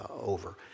over